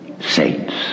saints